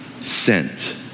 sent